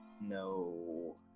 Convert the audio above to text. No